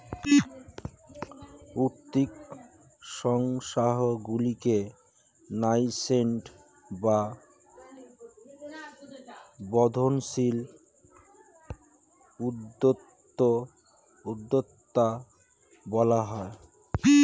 উঠতি সংস্থাগুলিকে ন্যাসেন্ট বা বর্ধনশীল উদ্যোক্তা বলা হয়